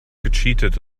gecheatet